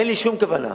אין לי שום כוונה,